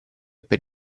per